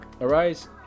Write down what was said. Arise